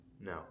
No